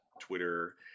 twitter